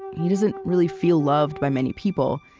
he doesn't really feel loved by many people,